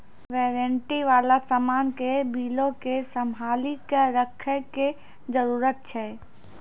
warranty बाला समान के बिलो के संभाली के रखै के जरूरत छै